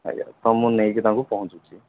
ଆଜ୍ଞା ତ ମୁଁ ନେଇକି ତାଙ୍କୁ ପହଞ୍ଚୁଛି